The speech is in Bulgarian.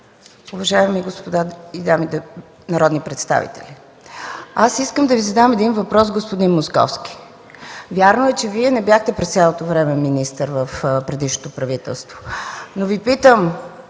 уважаеми господа и дами народни представители! Аз искам да Ви задам един въпрос, господин Московски! Вярно е, че Вие не бяхте през цялото време министър в предишното правителство, но Ви питам